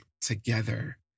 together